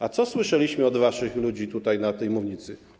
A co słyszeliśmy od waszych ludzi tutaj, z tej mównicy?